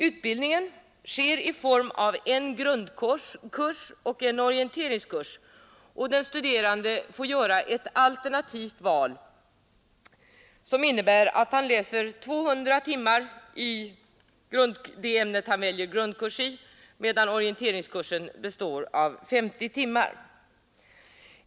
Utbildningen sker i form av en grundkurs och en orienteringskurs, och den studerande får göra ett alternativt val som innebär att han läser 200 timmar i det ämne som han väljer grundkurs i, medan orienteringskursen består av 50 timmar.